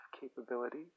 capability